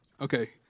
Okay